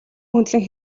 хөндлөн